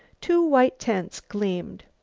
two white tents gleamed.